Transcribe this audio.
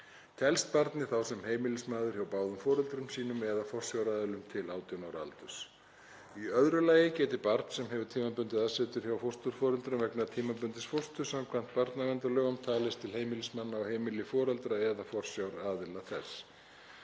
Telst barnið þá sem heimilismaður hjá báðum foreldrum sínum eða forsjáraðilum til 18 ára aldurs. Í öðru lagi geti barn sem hefur tímabundið aðsetur hjá fósturforeldrum vegna tímabundins fósturs samkvæmt barnaverndarlögum talist til heimilismanna á heimili foreldra eða forsjáraðila þess.